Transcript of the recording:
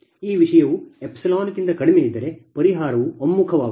ಈ ವಿಷಯವು ಎಪ್ಸಿಲಾನ್ಗಿಂತ ಕಡಿಮೆಯಿದ್ದರೆ ಪರಿಹಾರವು ಒಮ್ಮುಖವಾಗುವುದು